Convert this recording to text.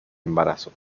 embarazo